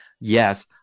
Yes